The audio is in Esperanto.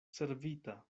servita